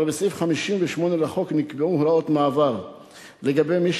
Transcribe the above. בסעיף 58 לחוק נקבעו הוראות מעבר לגבי מי